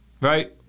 right